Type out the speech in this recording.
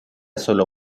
sólo